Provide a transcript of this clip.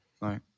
right